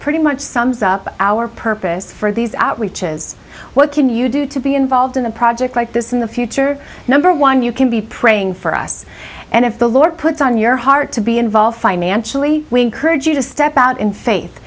pretty much sums up our purpose for these outreaches what can you do to be involved in a project like this in the future number one you can be praying for us and if the lord puts on your heart to be involved financially we encourage you to step out in faith